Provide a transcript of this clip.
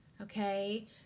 okay